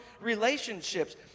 relationships